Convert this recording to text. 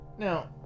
Now